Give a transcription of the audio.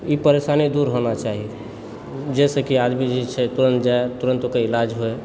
ई परेशानी दूर होना चाही जाहिसँ कि आदमी जे छै तुरत जाइ तुरत ओकर इलाज होइ